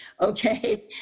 okay